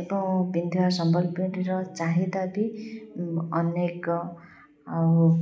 ଏବଂ ପିନ୍ଧିବା ସମ୍ବଲପୁରୀର ଚାହିଦା ବି ଅନେକ ଆଉ